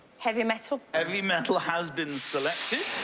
heavy metal. heavy metal has been selected.